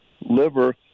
liver